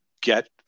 get